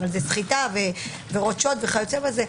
אבל זה סחיטה ועבירות שוד וכיוצא בזה.